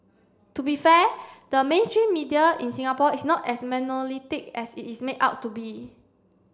to be fair the mainstream media in Singapore is not as monolithic as it is made out to be